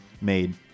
made